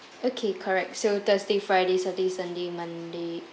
okay correct so thursday friday saturday sunday monday